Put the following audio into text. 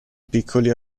piccoli